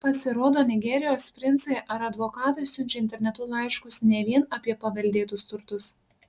pasirodo nigerijos princai ar advokatai siunčia internetu laiškus ne vien apie paveldėtus turtus